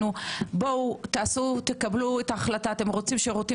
בואו תקבלו את ההחלטה אתם רוצים שירותים